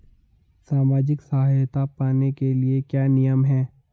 सामाजिक सहायता पाने के लिए क्या नियम हैं?